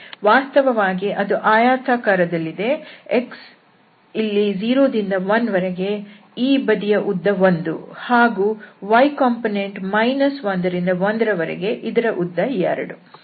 ವಾಸ್ತವವಾಗಿ ಅದು ಆಯತಾಕಾರದಲ್ಲಿದೆ x ಇಲ್ಲಿ 0 ದಿಂದ 1 ರ ವರೆಗೆ ಈ ಬದಿಯ ಉದ್ದ 1 ಹಾಗೂ y ಕಂಪೋನೆಂಟ್ 1 ರಿಂದ 1 ರ ವರೆಗೆ ಇದರ ಉದ್ದ 2